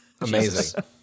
Amazing